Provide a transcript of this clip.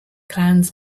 clowns